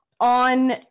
on